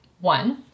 One